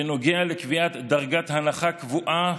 בקשר לקביעת דרגת הנחה קבועה